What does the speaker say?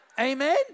Amen